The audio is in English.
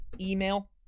email